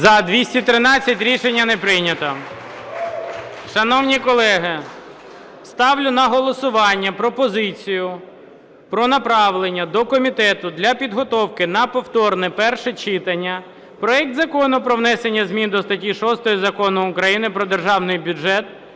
За-213 Рішення не прийнято. Шановні колеги, ставлю на голосування пропозицію про направлення до комітету для підготовки на повторне перше читання проект Закону про внесення змін до статті 6 Закону України "Про Державний бюджет